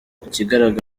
ikigaragara